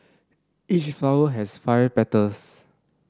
each flower has five petals